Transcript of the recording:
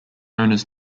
owners